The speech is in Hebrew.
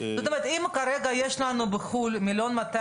זאת אומרת אם כרגע יש לנו בחו"ל 1.2